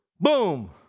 boom